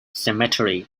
cemetery